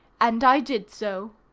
and i did so.